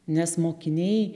nes mokiniai